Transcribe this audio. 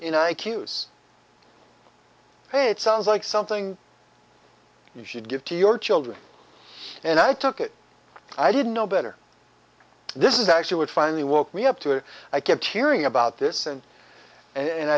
q's hey it sounds like something you should give to your children and i took it i didn't know better this is actually what finally woke me up to i kept hearing about this and and